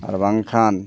ᱟᱨ ᱵᱟᱝᱠᱷᱟᱱ